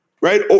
right